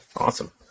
Awesome